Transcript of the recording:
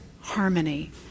harmony